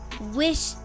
wish